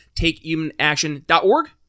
takehumanaction.org